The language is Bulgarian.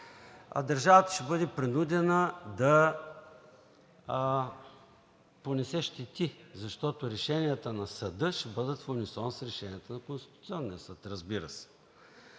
а държавата ще бъде принудена да понесе щети, защото решенията на съда ще бъдат в унисон с решенията на Конституционния съд, разбира се.